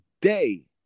day